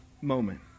moment